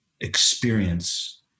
experience